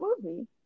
movie